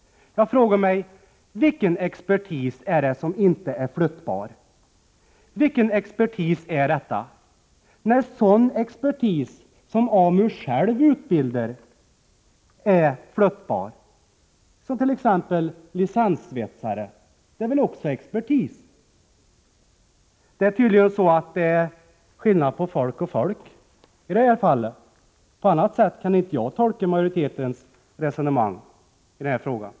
Jag frågar mig: Vilken expertis är det som inte är flyttbar? Vilken expertis är detta, när sådan expertis som AMU själv utbildar, t.ex. licenssvetsare, är flyttbar? Svetsare är väl också experter? Det är tydligen skillnad på folk och folk i det här fallet. På annat sätt kan inte jag tolka majoritetens resonemang i den här frågan.